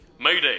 Mayday